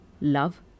love